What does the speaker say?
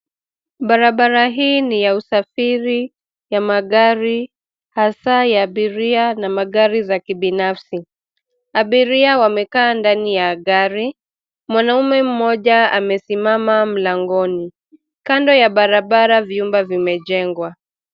Barabara hii ni ya usafiri ya magari hasa ya abiria na magari za kibinafsi. Abiria wamekaa ndani ya gari mwanaume mmoja amesimama mlangoni. Kando ya barabara vyumba vimejengwa.